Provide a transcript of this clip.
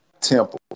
temple